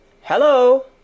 Hello